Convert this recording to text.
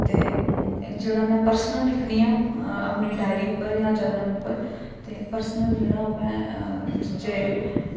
ते जेह्ड़ा में पर्सनल लिखनी आं अपनी डायरी उप्पर जां जर्नल उप्पर ते पर्सनल जेह्ड़ा ऐ ओह् में जे